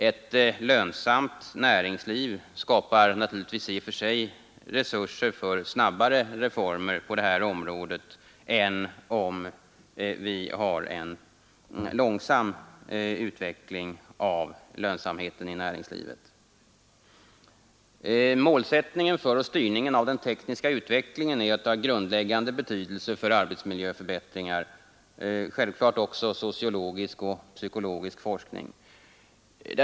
Ett lönsamt näringsliv skapar naturligtvis i och för sig resurser för snabbare reformer på området än om vi har en långsam utveckling av lönsamheten i näringslivet. Målsättningen för och styrningen av den tekniska utvecklingen är av grundläggande betydelse för arbetsmiljöförbättringar, liksom självfallet också sociologisk och psykologisk forskning.